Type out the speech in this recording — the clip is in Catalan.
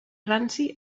ranci